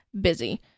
busy